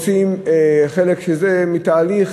זה חלק מתהליך,